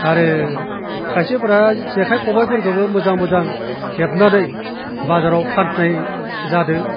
आरो खायसेफोरा जेखाइ खबाइफोरखौबो मोजां मोजां हेबनानै बाजाराव फाननाय जादों